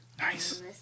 Nice